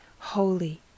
Holy